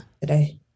Today